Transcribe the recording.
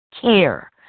care